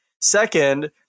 Second